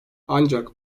ancak